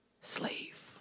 Slave